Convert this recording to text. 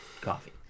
coffee